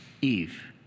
Eve